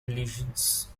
illusions